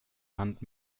hand